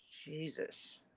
Jesus